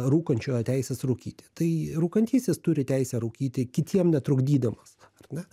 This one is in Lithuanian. rūkančiojo teisės rūkyti tai rūkantysis turi teisę rūkyti kitiem netrukdydamas ar ne